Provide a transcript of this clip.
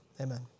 Amen